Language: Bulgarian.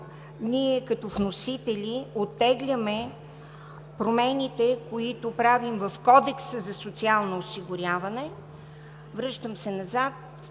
ние, като вносители, оттегляме промените, които правим в Кодекса за социално осигуряване. Връщам се назад,